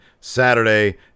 Saturday